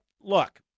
Look